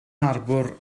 harbwr